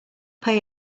pay